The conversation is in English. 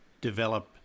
develop